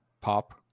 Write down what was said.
pop